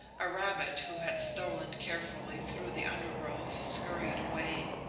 a rabbit who had stolen carefully through the undergrowth scurried away.